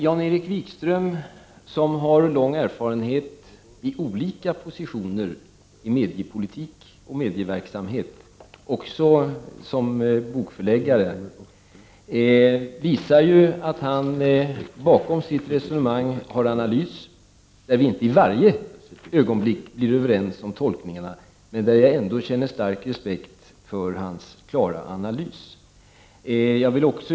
Jan-Erik Wikström, som har lång erfarenhet från olika positioner inom mediepolitik och medieverksamhet och också som bokförläggare, visar ju att han bakom sitt resonemang har en analys, där vi inte i varje ögonblick blir överens om tolkningarna, men där jag ändå känner stor respekt för hans 41 klara analys.